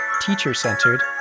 teacher-centered